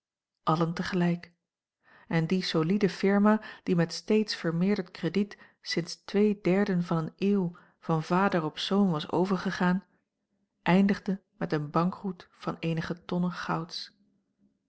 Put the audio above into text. allen tegelijk en die solide firma die met steeds vermeerderd krediet sinds twee derden van eene eeuw van vader op zoon was overgegaan eindigde met een bankroet van eenige tonnen gouds